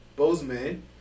Bozeman